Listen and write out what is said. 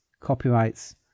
copyrights